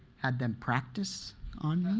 had them practice on me,